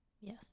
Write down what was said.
Yes